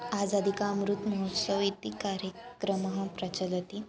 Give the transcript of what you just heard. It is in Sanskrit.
आज़ादि का अमृतमहोत्सवः इति कार्यक्रमः प्रचलति